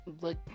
look